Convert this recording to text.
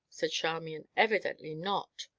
said charmian, evidently not!